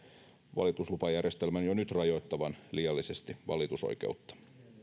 valituslupajärjestelmän jo nyt rajoittavan liiallisesti valitusoikeutta